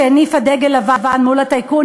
שהניפה דגל לבן מול הטייקונים,